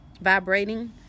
vibrating